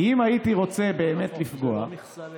כי אם הייתי רוצה באמת לפגוע, זו לא מכסה ליבוא.